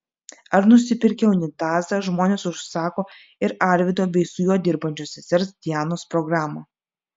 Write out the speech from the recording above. ar nusipirkę unitazą žmonės užsako ir arvydo bei su juo dirbančios sesers dianos programą